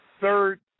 third